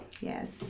yes